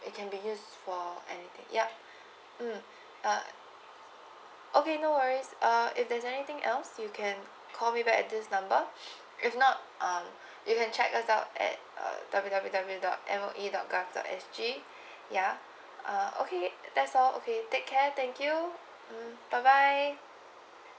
it can be use for anything ya mm uh okay no worries uh if there's anything else you can call me back at this number if not um you can check us up at uh W W W dot M O E dot com dot S G ya uh okay that's all okay take care thank you mm bye bye